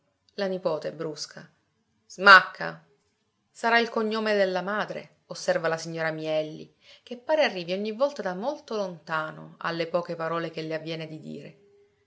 la nipote brusca smacca sarà il cognome della madre osserva la signora mielli che pare arrivi ogni volta da molto lontano alle poche parole che le avviene di dire